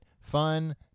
fun